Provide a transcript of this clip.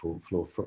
floor